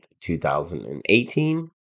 2018